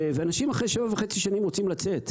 ואנשים אחרי 7.5 שנים רוצים לצאת.